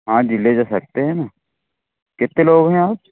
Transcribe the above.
हाँ जी ले जा सकते हैं न कितने लोग हैं आप